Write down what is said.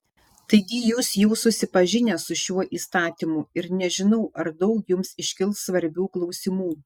taigi jūs jau susipažinę su šiuo įstatymu ir nežinau ar daug jums iškils svarbių klausimų